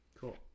cool